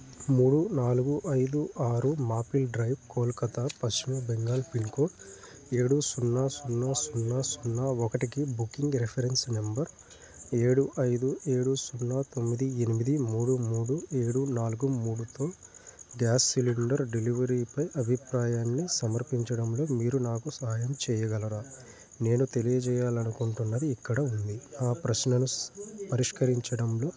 మూడు నాలుగు ఐదు ఆరు maple drive Kolkata Paschim Bengal pin code ఏడు సున్నా సున్నా సున్నా సున్నా ఒకటికి బుకింగ్ రిఫరెన్స్ నంబర్ ఏడు ఐదు ఏడు సున్నా తొమ్మిది ఎనిమిది మూడు మూడు ఏడు నాలుగు మూడుతో గ్యాస్ సిలిండర్ డెలివరీపై అభిప్రాయాన్ని సమర్పించడంలో మీరు నాకు సహాయం చెయ్యగలరా నేను తెలియజేయాలనుకుంటున్నది ఇక్కడ ఉంది నా ప్రశ్నను పరిష్కరించడంలో